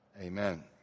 amen